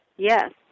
Yes